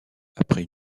après